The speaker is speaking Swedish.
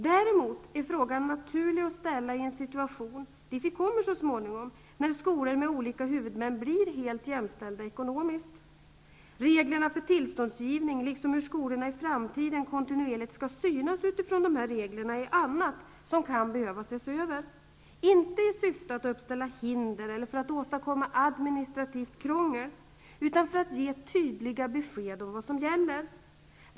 Däremot är frågan naturlig att ställa i en situation, dit vi kommer så småningom, där skolor med olika huvudmän blir helt jämställda ekonomiskt. Reglerna för tillståndsgivning, liksom hur skolorna i framtiden kontinuerligt skall synas utifrån dessa regler, är annat som kan behöva ses över -- inte i syfte att uppställa hinder eller för att åstadkomma administrativt krångel, utan för att ge tydliga besked om vad som gäller.